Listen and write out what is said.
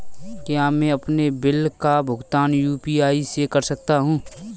क्या मैं अपने बिल का भुगतान यू.पी.आई से कर सकता हूँ?